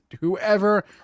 whoever